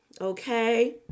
okay